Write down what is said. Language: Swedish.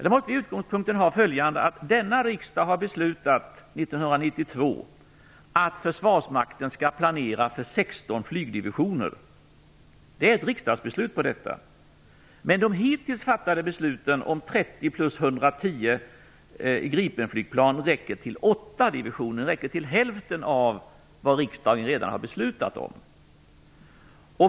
Då måste utgångspunkten vara den att riksdagen 1992 har beslutat att försvarsmakten skall planera för 16 flygdivisioner. Det finns alltså ett riksdagsbeslut på detta. De hittills fattade besluten om 30 + 110 Gripenflygplan räcker till 8 divisioner, hälften av vad riksdagen redan har beslutat om.